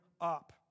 up